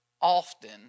often